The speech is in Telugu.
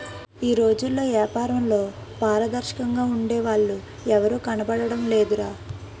ఈ రోజుల్లో ఏపారంలో పారదర్శకంగా ఉండే వాళ్ళు ఎవరూ కనబడడం లేదురా